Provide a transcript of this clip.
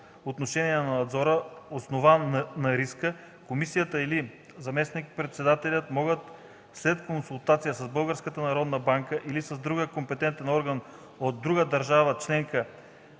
отношение на надзора, основан на риска, комисията или заместник-председателят могат след консултация с Българската народна банка или с друг компетентен орган от друга държава членка